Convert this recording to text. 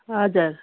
हजुर